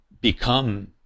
become